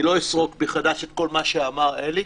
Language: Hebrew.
אני לא אסרוק מחדש את כל מה שאמר אלי,